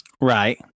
Right